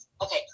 Okay